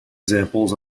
examples